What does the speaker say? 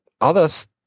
others